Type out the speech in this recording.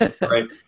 Right